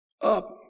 Up